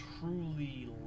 truly